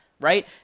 right